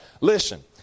Listen